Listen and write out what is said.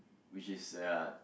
which is ya